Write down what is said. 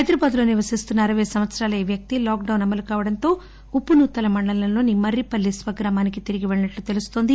హైదరాబాద్ లో నివసిస్తున్న అరవై సంవత్సరాల వ్యక్తి లాక్ డౌన్ అమలు కావడంతో ఉప్పునూతల మండలంలోని మర్రిపల్లి స్వగ్రామానికి తిరిగి వెళ్లినట్లు తెలుస్తోంది